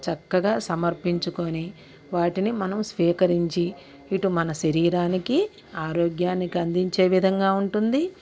చక్కగా సమర్పించుకోని వాటిని మనం స్వీకరించి ఇటు మన శరీరానికి ఆరోగ్యానికి అందించే విధంగా ఉంటుంది